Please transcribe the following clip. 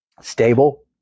stable